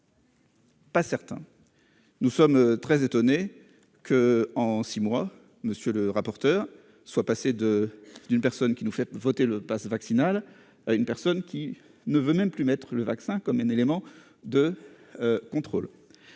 Pas certain, nous sommes très étonnés que en 6 mois, monsieur le rapporteur, soit passé de d'une personne qui nous fait voter le passe vaccinal à une personne qui ne veut même plus maître le vaccin comme un élément de contrôle